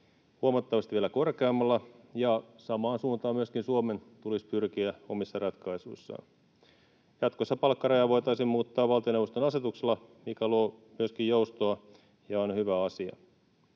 huomattavasti korkeammalla, ja samaan suuntaan myöskin Suomen tulisi pyrkiä omissa ratkaisuissaan. Jatkossa palkkarajaa voitaisiin muuttaa valtioneuvoston asetuksella, mikä luo myöskin joustoa ja on hyvä asia.